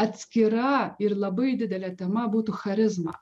atskira ir labai didelė tema būtų charizma